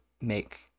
make